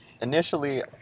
Initially